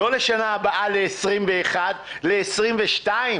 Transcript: לא לשנה הבאה, ל-2021, אלא ל-2022.